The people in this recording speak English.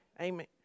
Amen